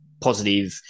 positive